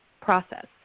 process